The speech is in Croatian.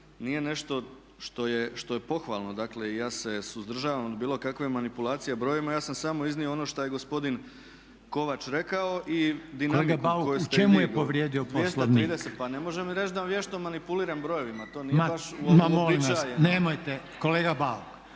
nije nešto što je pohvalno. Dakle, ja se suzdržavam od bilo kakve manipulacije brojevima ja sam samo iznio ono što je gospodin Kovač rekao i dinamiku koju ste i vi **Reiner, Željko (HDZ)** Kolega Bauk u čemu je povrijedio Poslovnik? **Bauk, Arsen (SDP)** Pa ne može mi reći da vješto manipuliram brojevima, to nije baš uobičajeno. **Reiner, Željko